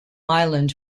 island